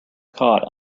caught